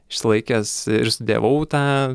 išsilaikęs ir studijavau tą